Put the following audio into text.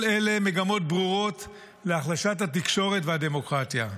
כל אלו מגמות ברורות להחלשת התקשורת והדמוקרטיה.